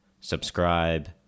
Subscribe